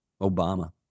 Obama